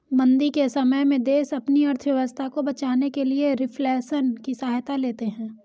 मंदी के समय में देश अपनी अर्थव्यवस्था को बचाने के लिए रिफ्लेशन की सहायता लेते हैं